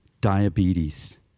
diabetes